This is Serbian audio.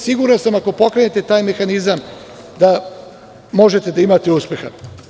Siguran sam ako pokrenete taj mehanizam da možete imati uspeha.